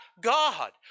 God